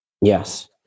Yes